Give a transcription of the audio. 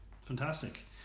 fantastic